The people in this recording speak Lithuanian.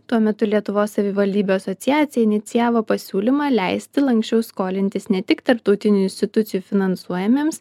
tuo metu lietuvos savivaldybių asociacija inicijavo pasiūlymą leisti lanksčiau skolintis ne tik tarptautinių institucijų finansuojamiems